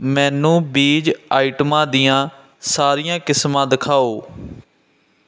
ਮੈਨੂੰ ਬੀਜ ਆਈਟਮਾਂ ਦੀਆਂ ਸਾਰੀਆਂ ਕਿਸਮਾਂ ਦਿਖਾਓ